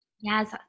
Yes